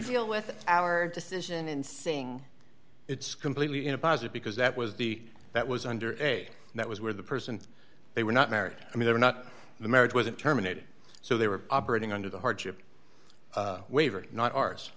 feel with our decision in saying it's completely in a positive because that was the that was under a that was where the person they were not married i mean they were not the marriage wasn't terminated so they were operating under the hardship waiver not ours